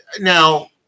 now